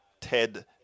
Ted